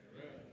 Amen